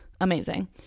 Amazing